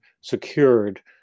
secured